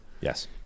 Yes